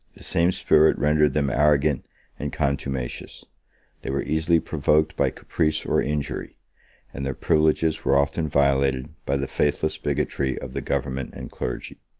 the same spirit rendered them arrogant and contumacious they were easily provoked by caprice or injury and their privileges were often violated by the faithless bigotry of the government and clergy.